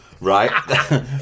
right